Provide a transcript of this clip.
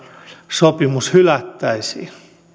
sopimus hylättäisiin